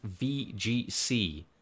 VGC